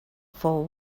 for